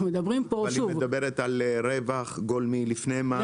אבל היא מדברת על רווח גולמי לפני מס.